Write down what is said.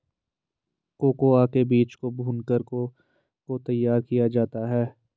cocoa के बीज को भूनकर को को तैयार किया जाता है